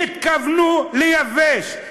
התכוונו לייבש,